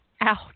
Ouch